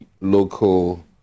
local